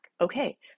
okay